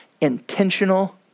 intentional